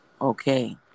Okay